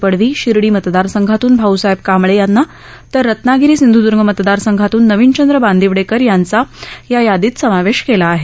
पडवी शिर्डी मतदारसंघातून भाऊसाहेब कांबळे यांना तर रत्नागिरी सिंधूद्र्ग मतदारसंघातून नविनचंद्र बांदिवडेकर यांचा या यादीत समावेश आहे